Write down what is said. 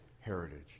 heritage